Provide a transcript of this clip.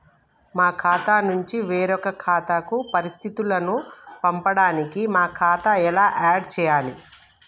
మా ఖాతా నుంచి వేరొక ఖాతాకు పరిస్థితులను పంపడానికి మా ఖాతా ఎలా ఆడ్ చేయాలి?